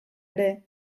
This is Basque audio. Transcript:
ere